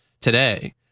today